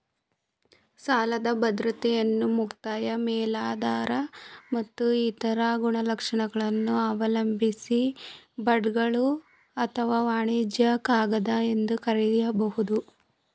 ಸಾಲದ ಬದ್ರತೆಗಳನ್ನ ಮುಕ್ತಾಯ ಮೇಲಾಧಾರ ಮತ್ತು ಇತರ ಗುಣಲಕ್ಷಣಗಳನ್ನ ಅವಲಂಬಿಸಿ ಬಾಂಡ್ಗಳು ಅಥವಾ ವಾಣಿಜ್ಯ ಕಾಗದ ಎಂದು ಕರೆಯಬಹುದು